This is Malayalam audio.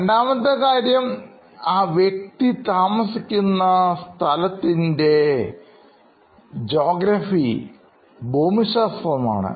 രണ്ടാമത്തെ കാര്യം ആ വ്യക്തി താമസിക്കുന്ന സ്ഥലത്തിൻറെ ഭൌമശാസ്ത്രം ആണ്